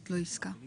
זה תלוי עסקה.